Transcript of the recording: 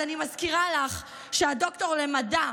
אז אני מזכירה לך שהדוקטור למדע,